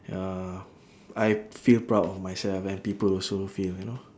ya I feel proud of myself and people also feel you know